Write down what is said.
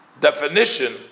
definition